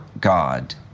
God